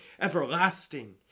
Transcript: everlasting